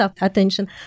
attention